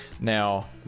Now